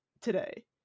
today